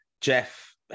Jeff